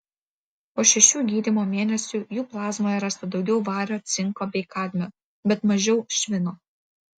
po šešių gydymo mėnesių jų plazmoje rasta daugiau vario cinko bei kadmio bet mažiau švino